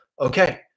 okay